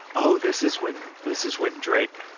oh, this is when this is when drake,